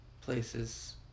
places